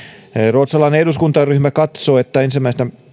ruotsalainen eduskuntaryhmä katsoo että ensimmäinen